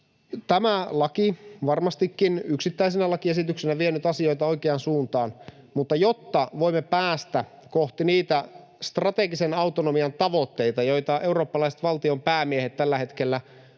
tämä laki varmastikin yksittäisenä lakiesityksenä on vienyt asioita oikeaan suuntaan, mutta jotta voimme päästä kohti niitä strategisen autonomian tavoitteita, joita eurooppalaiset valtionpäämiehet tällä hetkellä